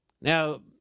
Now